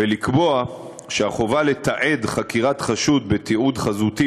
ולקבוע שהחובה לתעד חקירת חשוד בתיעוד חזותי